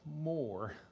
more